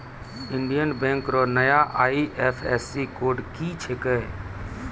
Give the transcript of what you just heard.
Indian Bank रो नया IFSC code की छिकै